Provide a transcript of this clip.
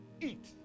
eat